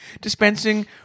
dispensing